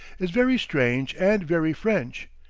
is very strange and very french.